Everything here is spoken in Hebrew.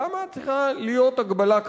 למה צריכה להיות הגבלה כזאת?